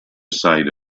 side